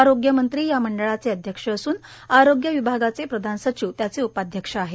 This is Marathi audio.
आरोग्यमंत्री या मंडळाचे अध्यक्ष असुन आरोग्य विभागाचे प्रधान सचिव त्याचे उपाध्यक्ष आहेत